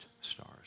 stars